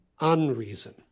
unreason